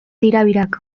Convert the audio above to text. tirabirak